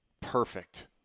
perfect